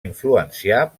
influenciar